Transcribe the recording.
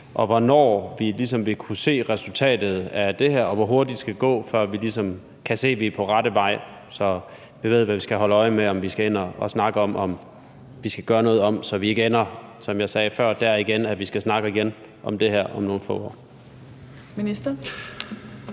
og hvornår vi ligesom vil kunne se resultatet af det her, og hvor hurtigt det skal gå, før vi ligesom kan se, at vi er på rette vej, så vi ved, hvad vi skal holde øje med, og om vi skal ind og snakke om, om vi skal gøre noget om, så vi, som jeg sagde før, ikke ender dér, at vi igen skal snakke om det her om nogle få år.